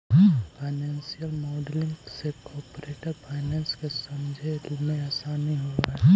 financial modelling से corporate finance के समझे मेंअसानी होवऽ हई